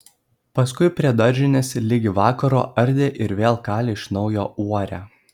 paskui prie daržinės ligi vakaro ardė ir vėl kalė iš naujo uorę